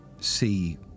See